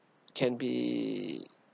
can be